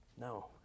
no